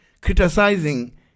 criticizing